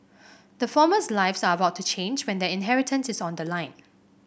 the former's lives are about to change when their inheritance is on the line